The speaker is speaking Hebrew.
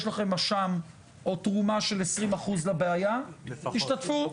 יש לכם תרומה של 20% לבעיה, תשתתפו.